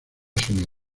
sonora